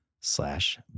slash